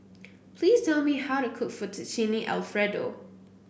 please tell me how to cook Fettuccine Alfredo